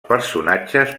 personatges